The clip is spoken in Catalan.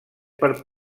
per